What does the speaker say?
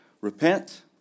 Repent